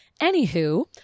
Anywho